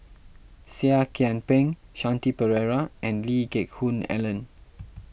Seah Kian Peng Shanti Pereira and Lee Geck Hoon Ellen